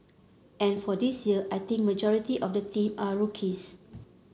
and for this year I think majority of the team are rookies